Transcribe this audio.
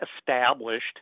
established